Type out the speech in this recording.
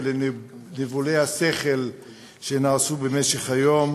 וניבולי השכל שנעשו במשך היום,